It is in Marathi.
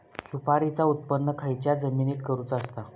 सुपारीचा उत्त्पन खयच्या जमिनीत करूचा असता?